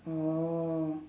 orh